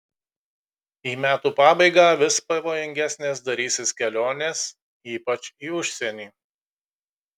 į metų pabaigą vis pavojingesnės darysis kelionės ypač į užsienį